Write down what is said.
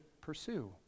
pursue